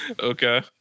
Okay